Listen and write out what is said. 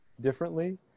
differently